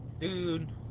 dude